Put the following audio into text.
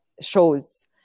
shows